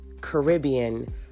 Caribbean